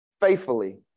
faithfully